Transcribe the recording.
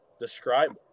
describe